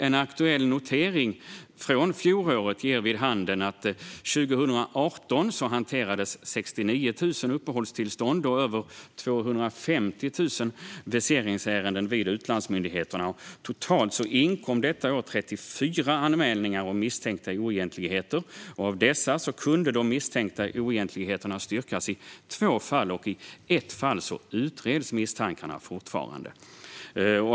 En aktuell notering från fjolåret ger vid handen att det 2018 hanterades 69 000 uppehållstillstånd och över 250 000 viseringsärenden vid utlandsmyndigheterna. Totalt inkom detta år 34 anmälningar om misstänkta oegentligheter. Av dessa kunde de misstänkta oegentligheterna styrkas i två fall, och i ett fall utreds misstankarna fortfarande.